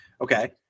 Okay